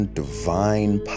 divine